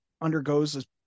undergoes